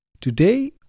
Today